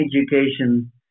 education